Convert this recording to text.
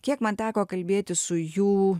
kiek man teko kalbėtis su jų